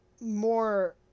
more